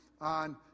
on